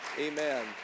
Amen